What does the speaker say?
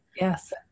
yes